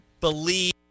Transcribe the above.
believe